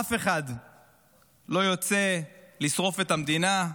אף אחד לא יוצא לשרוף את המדינה,